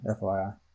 FYI